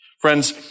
Friends